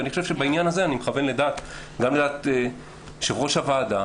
ואני חושב שבעניין הזה אני מכוון גם לדעת יושבת-ראש הוועדה.